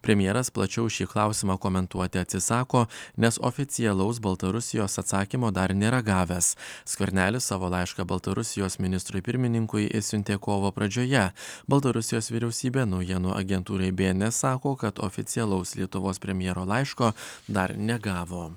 premjeras plačiau šį klausimą komentuoti atsisako nes oficialaus baltarusijos atsakymo dar nėra gavęs skvernelis savo laišką baltarusijos ministrui pirmininkui išsiuntė kovo pradžioje baltarusijos vyriausybė naujienų agentūrai bns sako kad oficialaus lietuvos premjero laiško dar negavo